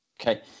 Okay